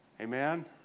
Amen